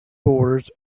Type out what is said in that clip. borders